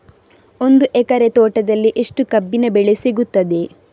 ಒಂದು ಎಕರೆ ತೋಟದಲ್ಲಿ ಎಷ್ಟು ಕಬ್ಬಿನ ಬೆಳೆ ಸಿಗುತ್ತದೆ?